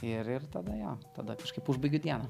ir ir tada jo tada kažkaip užbaigiu dieną